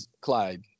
Clyde